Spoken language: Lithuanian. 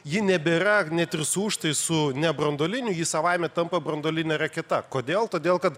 ji nebėra net ir su užtaisu nebranduoliniu ji savaime tampa branduoline raketa kodėl todėl kad